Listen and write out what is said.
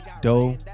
dope